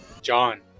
John